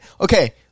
okay